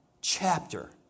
chapter